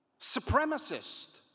supremacist